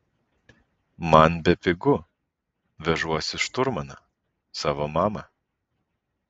man bepigu vežuosi šturmaną savo mamą